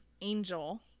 Angel